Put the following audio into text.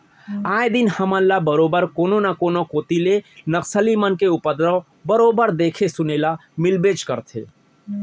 आए दिन हमन ल बरोबर कोनो न कोनो कोती ले नक्सली मन के उपदरव बरोबर देखे सुने ल मिलबेच करथे